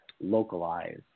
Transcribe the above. localize